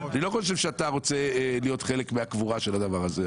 אני לא חושב שאתה רוצה להיות חלק מהקבורה של הדבר הזה,